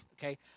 Okay